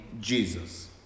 Jesus